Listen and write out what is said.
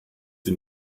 sie